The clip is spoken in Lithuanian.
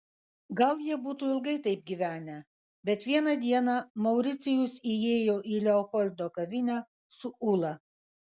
gal jie būtų ilgai taip gyvenę bet vieną dieną mauricijus įėjo į leopoldo kavinę su ula